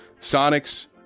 Sonics